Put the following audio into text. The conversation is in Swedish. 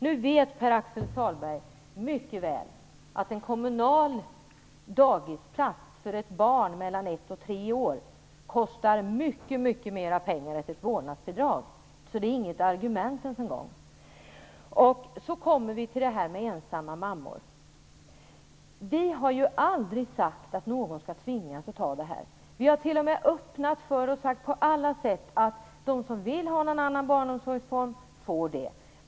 Nu vet Pär-Axel Sahlberg mycket väl att en kommunal dagisplats för ett barn mellan ett och tre år kostar mycket mera pengar än vad ett vårdnadsbidrag kostar. Så det är inget argument ens en gång. Så kommer vi till detta med ensamma mammor. Vi har aldrig sagt att någon skall tvingas att använda sig av vårdnadsbidrag. Vi har sagt att de som vill ha en annan barnomsorgsform skall få det.